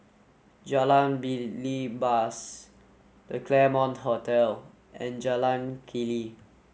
Jalan Belibas The Claremont Hotel and Jalan Keli